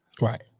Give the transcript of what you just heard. Right